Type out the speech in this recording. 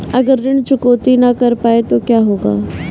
अगर ऋण चुकौती न कर पाए तो क्या होगा?